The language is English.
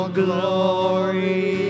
glory